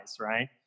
right